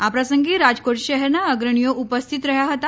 આ પ્રસંગે રાજકોટ શહેરના અગ્રણીઓ ઉપસ્થિત રહ્યા હતા